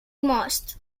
most